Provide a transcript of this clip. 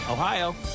Ohio